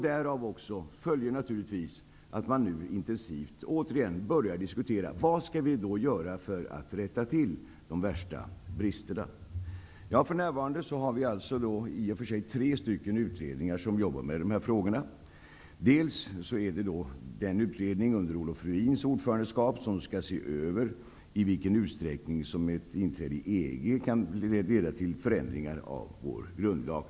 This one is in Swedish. Därav följer naturligtvis att man återigen intensivt börjar diskutera vad vi skall göra för att komma till rätta med de värsta bristerna. För närvarande har vi i och för sig tre utredningar som jobbar med de här frågorna. Först gäller det den utredning under Olof Ruins ordförandeskap som skall göra en översyn och ta reda på i vilken utsträckning ett inträde i EG kan, eller behöver, leda till förändringar av vår grundlag.